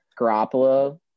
Garoppolo